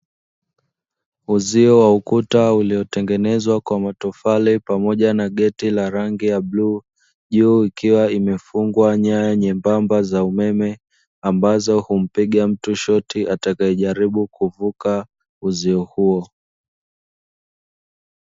Uzio wa ukuta uliotengenezwa kwa matofali pamoja na geti la rangi ya bluu, juu ikiwa imefungwa nyaya nyembamba za umeme ambazo humpiga mtu shoti atakaye jaribu kuvuka uzio huo.